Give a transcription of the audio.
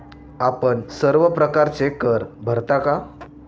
आपण सर्व प्रकारचे कर भरता का?